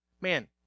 man